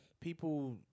people